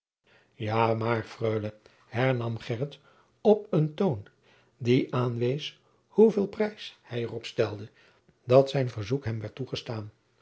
jaô maôr freule hernam gheryt op een toon die aanwees hoeveel prijs hij er op stelde dat zijn verzoek hem werd toegestaan